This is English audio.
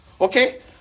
Okay